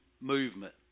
movement